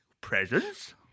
Presents